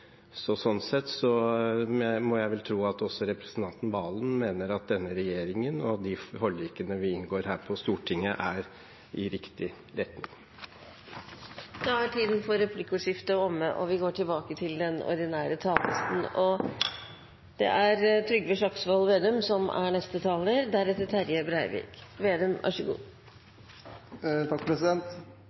så veldig langt unna null. Slik sett må jeg tro at også representanten Serigstad Valen mener at denne regjeringen og de forlikene vi inngår her på Stortinget, går i riktig retning. Replikkordskiftet er omme. Det som er